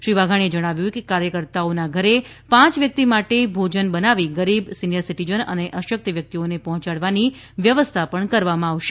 શ્રી વાઘાણીએ જણાવ્યું હતું કે કાર્યકર્તાઓના ઘરે પાંચ વ્યક્તિ માટે ભોજન બનાવી ગરીબ સીનીયર સીટીઝન અને અશક્ત વ્યક્તિઓને પહોંચાડવાની વ્યવસ્થા પણ કરવામાં આવશે